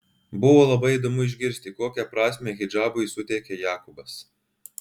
buvo labai įdomu išgirsti kokią prasmę hidžabui suteikia jakobas